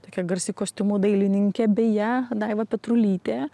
tokia garsi kostiumų dailininkė beje daiva petrulytė